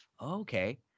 okay